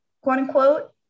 quote-unquote